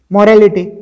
Morality